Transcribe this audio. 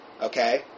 Okay